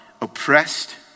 oppressed